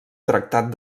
tractat